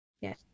yes